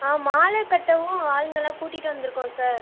ஆ மாலை கட்டவும் ஆளுங்கள்லாம் கூட்டிகிட்டு வந்திருக்கோம் சார்